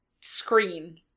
screen